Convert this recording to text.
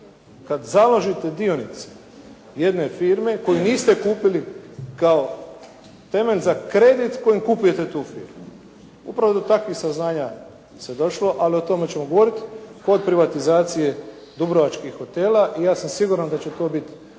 Kad založite dionice jedne firme koju niste kupili kao temelj za kredit kojim kupujete tu firmu. Upravo do takvih saznanja se došlo ali o tome ćemo govoriti kod privatizacije dubrovačkih hotela i ja sam siguran da će to biti